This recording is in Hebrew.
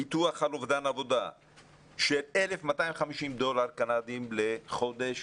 ביטוח על אובדן עבודה של 1,250 דולר קנדיים לחודש